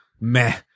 meh